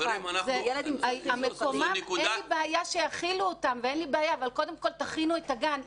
אין לי בעיה שיכילו אותם אבל קודם כול תכינו את הגן.